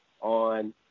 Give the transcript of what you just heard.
on